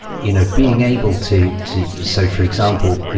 you know being able to to so, for example,